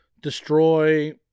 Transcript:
destroy